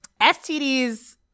stds